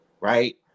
right